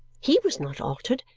he was not altered,